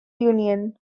union